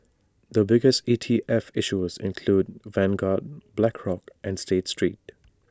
the biggest E T F issuers include Vanguard Blackrock and state street